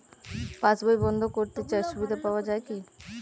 পাশ বই বন্দ করতে চাই সুবিধা পাওয়া যায় কি?